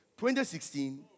2016